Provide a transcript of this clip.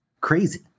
crazy